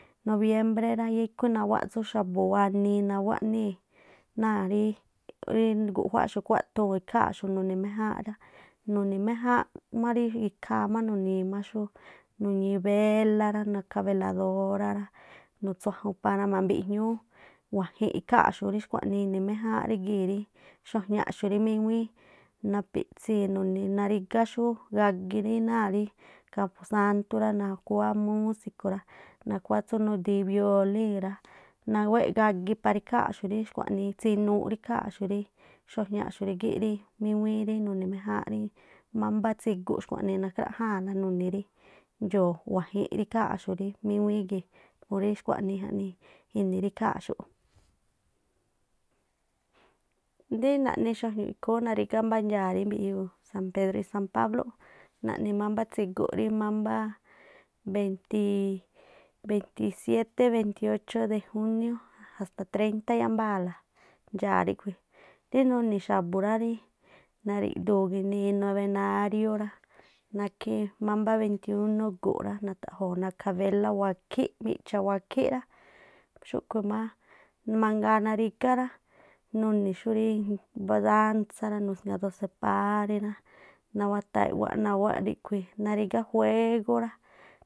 Noviembré rá yáá ikhú nawáꞌ tsú xa̱bu̱ wanii naꞌnii̱ náa̱ rí guꞌjuáxu̱ꞌ khuaꞌthuu̱n rí nuní méjáán rá, nuni̱ méjánꞌ má rí ikhaa má nuni̱ má xú bélá rá, nakha beladorá nusuájun para que rí ma̱mbiꞌjñúú wajin ikháa̱nꞌ xu̱ rí xkhua̱nii ini méjáánꞌ rí gii̱ rí xuajñaꞌxu̱ rí míŋuíí napiꞌsii̱ narígá xúrí gagi ri náa̱ rí kapusantú rá, nakhuá musiku̱ rá, nakuá tsú nudiii̱ biolín rá, nawéꞌ gagi para ikháa̱nꞌxu̱ rí tsinuu ri ikháa̱nꞌxu̱ rí xuajñaꞌxu̱ míŋuíí rí nuni̱ méjáánꞌ rí mámbá tsigu xkuaꞌnii nakhráꞌjaa̱nla nuni̱ ndxoo̱ wajin rí ikháa̱nꞌxu̱ rí míŋuíí gii̱ murí xkuaꞌnii ini̱ rí ikháa̱nꞌxu̱ꞌ. Rí naꞌni xuajñu̱ꞌ ikhúún narigá mbá ndxaa̱ rí mbiꞌjiuu san pedrúꞌ y san pablúꞌ naꞌni mámbá tsiguꞌ rí beitisiété beitiocho de júniú hasta treinta iyámbaa̱la ndxaa̱ ríꞌkhui̱, rí nuni̱ xa̱bui̱ rá nagi̱ꞌdu̱u̱ ginii novenarió rá, nakhí mámbá beintiunú gu̱nꞌ rá, nata̱ꞌjo̱o̱ nakha bélá wakhí micha̱ wakhí rá. Xúꞌkhu̱ má narígá rá nuni̱ xú rí mbá dánsá rá, nusŋa dose páré rá nawaꞌtháá i̱ꞌꞌwáꞌ nawáꞌ ríꞌkhui̱ narígá juégú rá.